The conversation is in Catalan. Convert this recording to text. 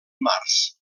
març